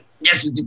Yes